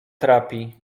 trapi